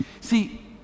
see